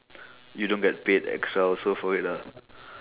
you don't get paid extra also for it lah